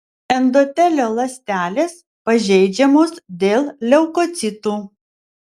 endotelio ląstelės pažeidžiamos dėl leukocitų